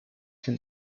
can